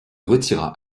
retira